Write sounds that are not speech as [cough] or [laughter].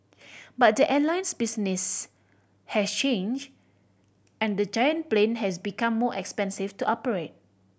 [noise] but the airline's business has changed and the giant plane has become more expensive to operate